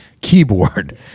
keyboard